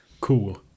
Cool